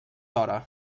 hora